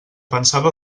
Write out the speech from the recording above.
pensava